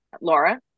laura